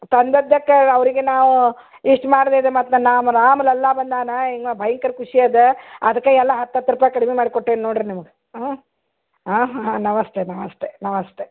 ತಂದದ್ದಕ್ಕಾಗಿ ಅವರಿಗೆ ನಾವು ಇಷ್ಟು ಮಾಡದೇ ಇದ್ದರೆ ಮತ್ತೆ ನಾವು ರಾಮಲಲ್ಲ ಬಂದಾನ ಇನ್ನು ಭಯಂಕರ ಖುಷಿ ಇದೆ ಅದಕ್ಕೆ ಎಲ್ಲ ಹತ್ತತ್ತು ರೂಪಾಯಿ ಕಡಿಮೆ ಮಾಡಿ ಕೊಟ್ಟಿವ್ನೀ ನೋಡಿರಿ ನಿಮ್ಗೆ ಹಾಂ ಹಾಂ ನಮಸ್ತೆ ನಮಸ್ತೆ ನಮಸ್ತೆ